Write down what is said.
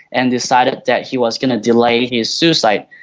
and decided that he was going to delay his suicide.